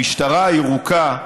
המשטרה הירוקה,